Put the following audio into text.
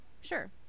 Sure